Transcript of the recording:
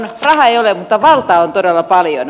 rahaa ei ole mutta valtaa on todella paljon